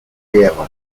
guerra